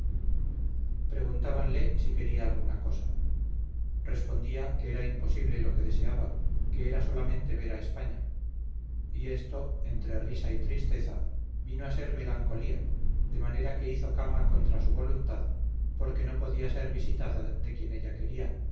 fuese preguntabanle si quería alguna cosa respondía que era imposible lo que deseaba que era solamente ver a españa y esto entre risa y tristeza vino a ser melancolía de manera que hizo cama contra su voluntad porque no podía ser visitada de quien ella quería